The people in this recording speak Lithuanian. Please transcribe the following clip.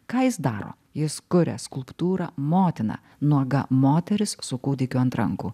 ką jis daro jis kuria skulptūrą motina nuoga moteris su kūdikiu ant rankų